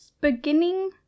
beginning